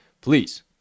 please